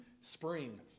spring